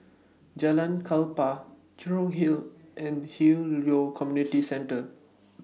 Jalan Klapa Jurong Hill and Hwi Yoh Community Centre